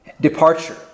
Departure